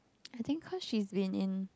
I think cause she's been in